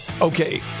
Okay